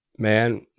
Man